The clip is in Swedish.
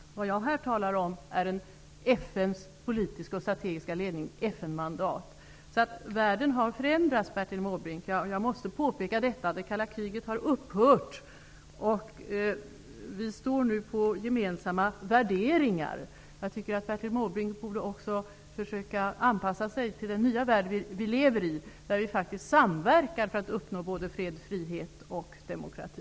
Det jag här talar om är en operation under FN:s politiska och strategiska ledning -- en operation med FN-mandat. Jag måste påpeka att världen har förändrats, Bertil Måbrink. Det kalla kriget har upphört, och vi har nu gemensamma värderingar. Jag tycker att också Bertil Måbrink borde försöka anpassa sig till den nya värld vi lever i, där vi faktiskt samverkar för att uppnå fred, frihet och demokrati.